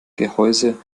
gehäuse